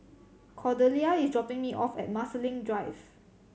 Cordelia is dropping me off at Marsiling Drive